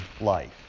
life